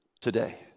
today